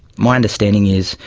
my understanding is,